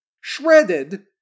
shredded